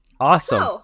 Awesome